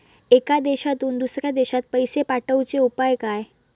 एका देशातून दुसऱ्या देशात पैसे पाठवचे उपाय काय?